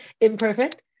imperfect